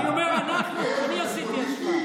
לא, אני אומר שאני עשיתי השוואה.